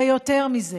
יותר מזה,